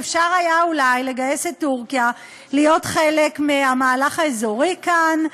אפשר היה אולי לגייס את טורקיה להיות חלק מהמהלך האזורי כאן,